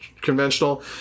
conventional